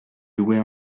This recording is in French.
louer